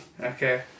Okay